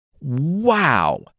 Wow